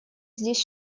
здесь